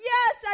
Yes